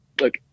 Look